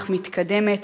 אך מתקדמת,